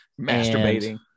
Masturbating